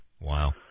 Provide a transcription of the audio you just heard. Wow